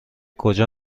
کجا